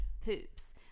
poops